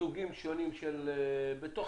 סוגים שונים של מבנים,